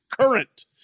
current